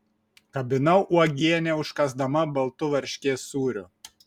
kabinau uogienę užkąsdama baltu varškės sūriu